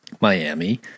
Miami